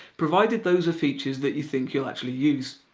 provided those are features that you think you'll actually use.